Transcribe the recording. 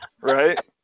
Right